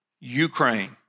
Ukraine